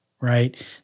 right